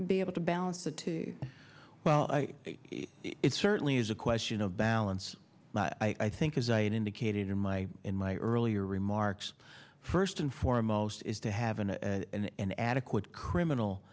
be able to balance the two well i it certainly is a question of balance i think as i indicated in my in my earlier remarks first and foremost is to have an a and adequate criminal